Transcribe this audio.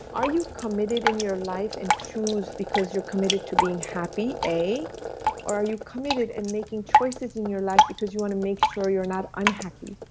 are you committed in your life and choose because you're committed to being happy a, or are you committed an and making choices in your life because you want to make sure you're not unhappy,